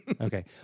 Okay